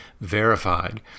verified